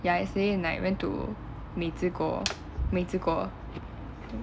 ya yesterday night went to 美滋锅美滋锅